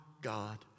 God